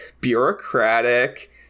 bureaucratic